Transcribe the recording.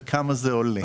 וכמה זה עולה.